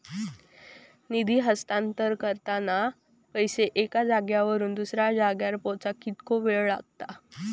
निधी हस्तांतरण करताना पैसे एक्या जाग्यावरून दुसऱ्या जाग्यार पोचाक कितको वेळ लागतलो?